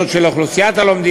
לפי השונות של אוכלוסיית הלומדים,